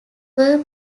were